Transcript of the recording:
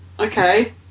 Okay